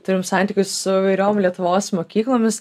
turim santykius su įvairiom lietuvos mokyklomis